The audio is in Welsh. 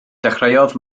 dechreuodd